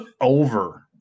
over